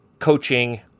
coaching